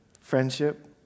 Friendship